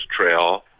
Trail